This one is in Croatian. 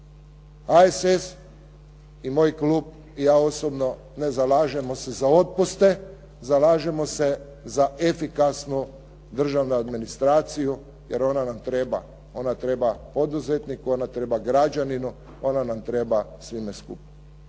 HSS i moj klub, i ja osobno ne zalažemo se za otpuste, zalažemo se za efikasnu državnu administraciju jer ona nam treba, ona treba poduzetniku, ona treba građaninu, ona nam treba svima skupa.